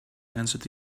answered